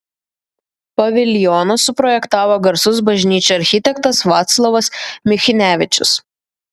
paviljoną suprojektavo garsus bažnyčių architektas vaclovas michnevičius